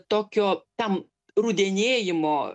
tokio tam rudenėjimo